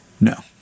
No